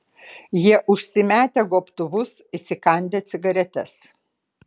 jie užsimetę gobtuvus įsikandę cigaretes